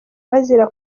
bazira